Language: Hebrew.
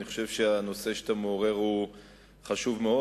חושב שהנושא שאתה מעורר הוא חשוב מאוד.